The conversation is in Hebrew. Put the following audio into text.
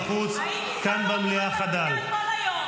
כמה אתה, פה אין כלום.